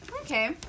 Okay